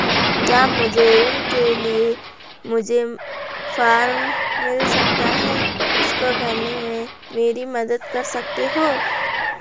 क्या मुझे ऋण के लिए मुझे फार्म मिल सकता है इसको भरने में मेरी मदद कर सकते हो?